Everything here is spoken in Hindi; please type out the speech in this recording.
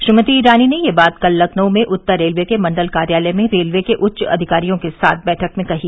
श्रीमती ईरानी ने यह बात कल लखनऊ में उत्तर रेलवे के मंडल कार्यालय में रेलवे के उच्च अधिकारियों के साथ बैठक में कही